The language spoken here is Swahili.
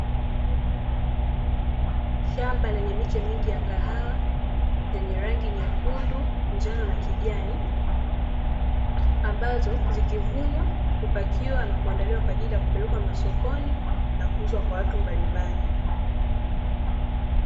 Shamba lenye miche mingi ya kahawa zenye rangi nyekundu, njano na kijani ambazo zikivunwa na kupakiwa na kuandaliwa kwaajili ya kupelekwa masokoni na kwa watu mbalimbali.